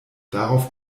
darauf